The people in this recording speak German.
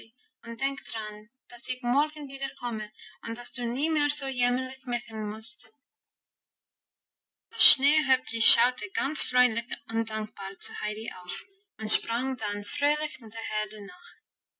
und denk dran dass ich morgen wiederkomme und dass du nie mehr so jämmerlich meckern musst das schneehöppli schaute ganz freundlich und dankbar zu heidi auf und sprang dann fröhlich der herde nach